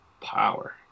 power